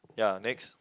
ya next